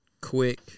Quick